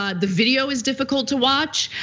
ah the video is difficult to watch.